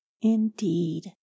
indeed